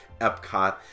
Epcot